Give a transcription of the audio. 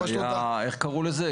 איך קראו לזה?